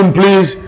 please